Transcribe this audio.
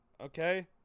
Okay